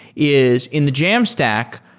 is in the jamstack,